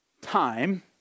time